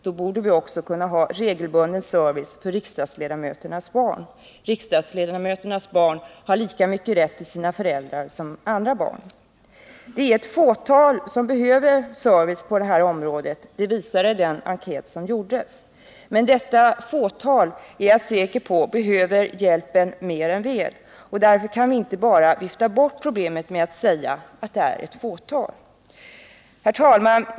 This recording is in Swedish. Då borde vi också kunna ha regelbunden service för riksdagsledamöternas barn. Dessa barn har lika mycket rätt till sina föräldrar som andra barn. Den enkät som gjordes visar att det är ett fåtal som behöver service på det här området, men detta fåtal behöver säkert hjälpen mer än väl. Därför kan vi inte bara vifta bort problemet med att säga att det bara intresserar ett fåtal. Herr talman!